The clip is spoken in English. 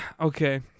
okay